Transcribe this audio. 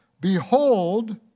Behold